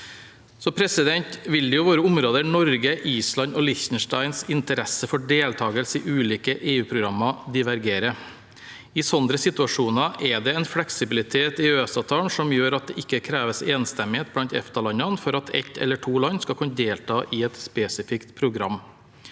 behov. Det vil være områder der Norge, Island og Liechtensteins interesse for deltakelse i ulike EU-programmer divergerer. I slike situasjoner er det en fleksibilitet i EØSavtalen som gjør at det ikke kreves enstemmighet blant EFTA-landene for at ett eller to land skal kunne delta i et spesifikt program.